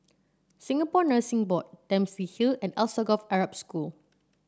Singapore Nursing Board Dempsey Hill and Alsagoff Arab School